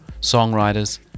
songwriters